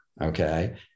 okay